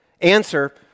Answer